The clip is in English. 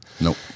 Nope